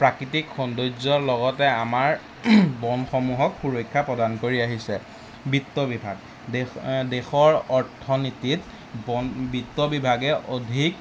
প্ৰাকৃতিক সৌন্দৰ্যৰ লগতে আমাৰ বনসমূহক সুৰক্ষা প্ৰদান কৰি আহিছে বিত্ত বিভাগ দেশ দেশৰ অৰ্থনীতিত বন বিত্ত বিভাগে অধিক